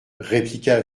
répliqua